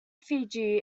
fiji